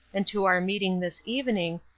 and to our meeting this evening,